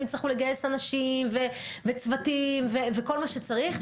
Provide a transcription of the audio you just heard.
והם יצטרכו לגייס אנשים וצוותים וכל מה שצריך.